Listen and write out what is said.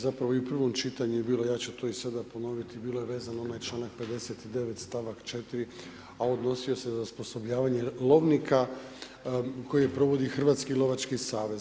Zapravo i u prvom čitanju je bilo, ja ću to i sada ponoviti, bilo je vezano na onaj članak 59. stavak 4. a odnosio se za osposobljavanje lovnika koje provodi Hrvatski lovački savez.